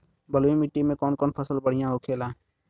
बलुई मिट्टी में कौन कौन फसल बढ़ियां होखेला?